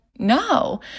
No